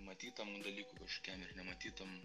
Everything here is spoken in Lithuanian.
matytam dalykui kažkokiam ir nematytam